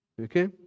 okay